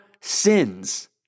sins